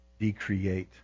decreate